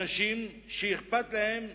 אנשים שאכפת להם,